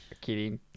Kidding